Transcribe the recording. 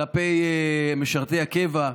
כלפי משרתי הקבע.